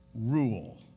rule